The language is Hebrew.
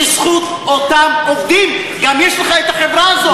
בזכות אותם עובדים גם יש לך החברה הזאת.